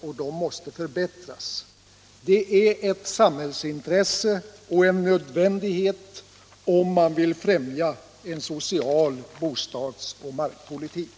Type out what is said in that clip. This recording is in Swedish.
Att de förbättras är ett samhällsintresse och en nödvändighet, om man vill främja en social bostads och markpolitik.